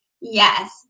Yes